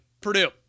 Purdue